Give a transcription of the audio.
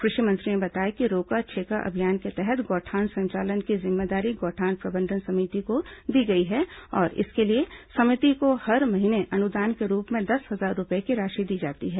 कृषि मंत्री ने बताया कि रोका छेका अभियान के तहत गौठान संचालन की जिम्मेदारी गौठान प्रबंधन समिति को दी गई है और इसके लिए समिति को हर महीने अनुदान के रूप में दसहजार रूपये की राशि दी जाती है